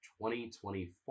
2024